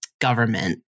government